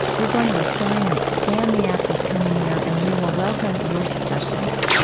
we're going to refine and expand the app this coming year, and we will welcome your suggestions.